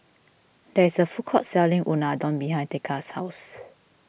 there is a food court selling Unadon behind thekla's house